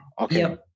Okay